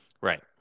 right